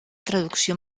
traducció